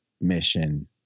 mission